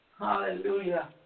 Hallelujah